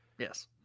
Yes